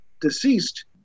deceased